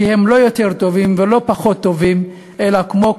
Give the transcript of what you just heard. כי הם לא יותר טובים ולא פחות טובים אלא כמו כולם,